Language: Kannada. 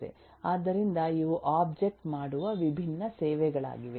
ಆದ್ದರಿಂದ ಇವು ಒಬ್ಜೆಕ್ಟ್ ಮಾಡುವ ವಿಭಿನ್ನ ಸೇವೆಗಳಾಗಿವೆ